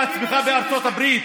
אני אגיד לך מה הצמיחה בארצות הברית.